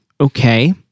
Okay